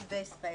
נתיבי ישראל.